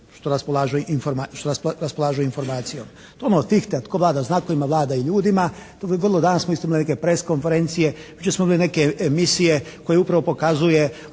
što raspolažu informacijom. To je ono od tih da tko vlada znakovima vlada i ljudima, to bi vrlo, danas smo isto imali neke press konferencije, jučer smo imali neke emisije koje upravo pokazuju